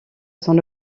son